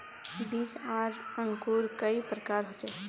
बीज आर अंकूर कई प्रकार होचे?